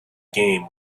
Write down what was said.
game